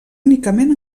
únicament